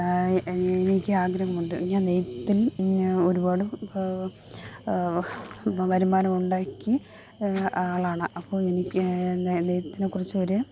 എനിക്ക് ആഗ്രഹമുണ്ട് ഞാൻ നെയ്ത്തിൽ ഒരുപാട് വരുമാനം ഉണ്ടാക്കിയ ആളാണ് അപ്പോൾ എനിക്ക് എന്നാൽ നെയ്ത്തിനെക്കുറിച്ചൊരു